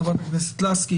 חברת לסקי,